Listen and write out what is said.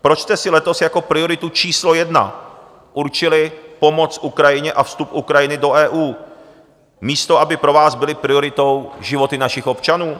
Proč jste si letos jako prioritu číslo jedna určili pomoc Ukrajině a vstup Ukrajiny do EU, místo aby pro vás byly prioritou životy našich občanů?